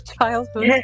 childhood